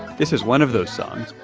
this is one of those songs,